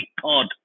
pod